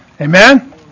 Amen